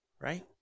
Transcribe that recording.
right